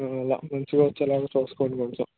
మంచిగా వచ్చేలా చూసుకోండి కొంచం